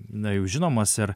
na jau žinomas ir